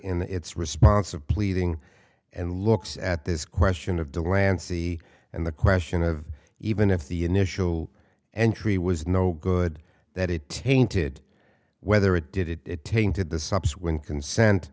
and its response of pleading and looks at this question of the land sea and the question of even if the initial entry was no good that it tainted whether it did it it tainted the subsequent consent